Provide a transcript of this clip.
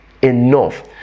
enough